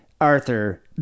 Arthur